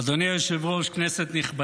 איזה ערכים יש לכם?